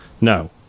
No